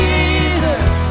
Jesus